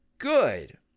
good